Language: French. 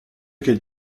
quels